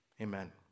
Amen